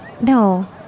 No